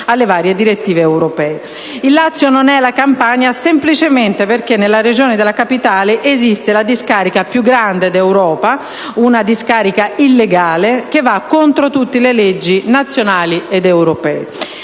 Il Lazio non è la Campania semplicemente perché nella Regione della Capitale esiste la discarica più grande d'Europa, una discarica illegale che va contro tutte le leggi nazionali ed europee.